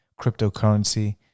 cryptocurrency